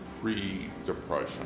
pre-Depression